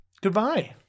Goodbye